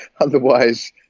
otherwise